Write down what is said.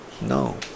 No